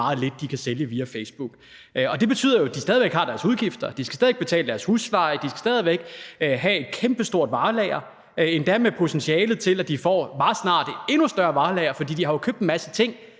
meget lidt, de kan sælge via Facebook, og det betyder jo, at de stadig væk har deres udgifter. De skal stadig væk betale deres husleje, og de skal stadig væk have et kæmpestort varelager, endda med potentialet til, at de meget snart får et endnu større varelager, for de har jo købt en masse ting,